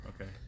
Okay